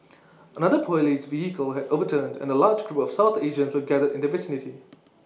another Police vehicle had overturned and A large group of south Asians were gathered in the vicinity